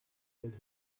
that